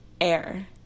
Air